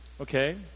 okay